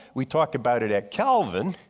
we talked about it at calvin.